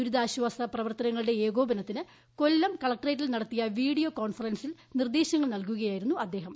ദുരിതാശ്വാസ പ്രവർത്തനങ്ങളുടെ ഏകോപനത്തിന് കൊല്ലം കളക് ട്രേറ്റിൽ നടത്തിയ വീഡിയോ കോൺഫറൻസിൽ നിർദേശങ്ങൾ നൽകുകയായിരുന്നു അദ്ദേഹം